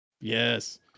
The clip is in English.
Yes